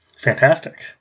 Fantastic